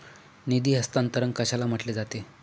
निधी हस्तांतरण कशाला म्हटले जाते?